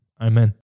Amen